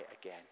again